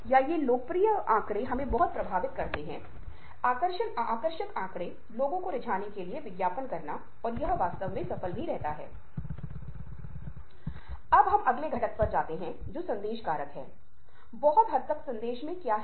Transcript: अब यह वाणिज्यीकरण व्यापार व्यापार संचार सामाजिककरण के संदर्भ में पारस्परिक संचार के संदर्भ में बहुत प्रासंगिक हो जाता है